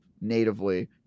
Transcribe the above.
natively